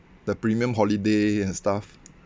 the premium holiday and stuff